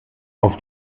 auf